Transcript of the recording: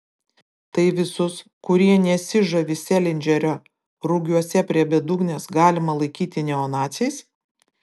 tai visus kurie nesižavi selindžerio rugiuose prie bedugnės galima laikyti neonaciais